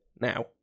now